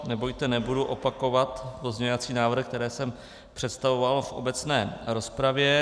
Nebojte, nebudu opakovat pozměňovací návrhy, které jsem představoval v obecné rozpravě.